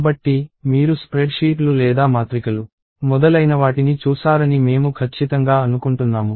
కాబట్టి మీరు స్ప్రెడ్షీట్లు లేదా మాత్రికలు మొదలైనవాటిని చూసారని మేము ఖచ్చితంగా అనుకుంటున్నాము